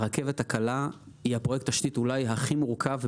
הרכבת הקלה היא פרויקט התשתית אולי הכי מורכב,